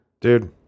Dude